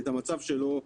את המצב שלו,